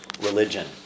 religion